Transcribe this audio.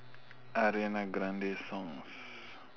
ariana grande songs